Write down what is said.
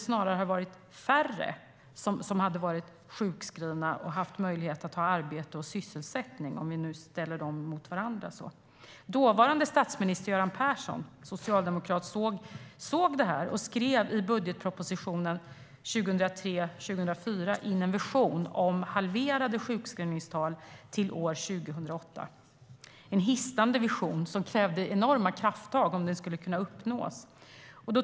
Snarare borde färre ha varit sjukskrivna och i stället haft arbete eller sysselsättning, om vi ställer dem mot varandra. Dåvarande statsminister Göran Persson, socialdemokrat, såg detta, och han skrev i budgetpropositionen för 2003/04 in en vision om halverade sjukskrivningstal till år 2008. Det var en hisnande vision som krävde enorma krafttag om den skulle uppnås.